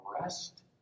rest